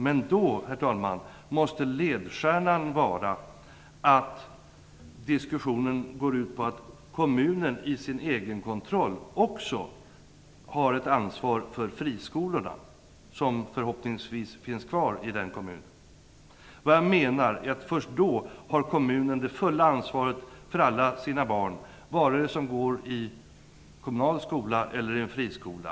Men då, herr talman, måste diskussionen gå ut på att kommunen i sin egen kontroll också har ett ansvar för friskolorna, som förhoppningsvis finns kvar i kommunen. Jag menar att det först är då som kommunen har det fulla ansvaret för alla sina barn, vare sig de går i en kommunal skola eller i en friskola.